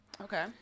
Okay